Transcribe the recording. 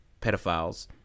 pedophiles